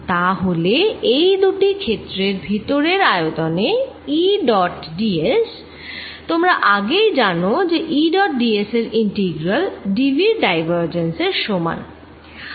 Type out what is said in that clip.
তা হলে এই দুটি ক্ষেত্রের ভিতরের আয়তনে E ডট d s তোমরা আগেই জানো যে E ডট d s এর ইন্টেগ্রাল d vর ডাইভারজেন্স এর সমান